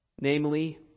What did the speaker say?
Namely